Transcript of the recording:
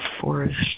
forest